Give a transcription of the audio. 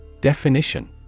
Definition